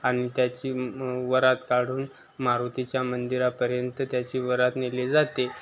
आणि त्याची वरात काढून मारुतीच्या मंदिरापर्यंत त्याची वरात नेली जाते